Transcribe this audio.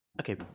Okay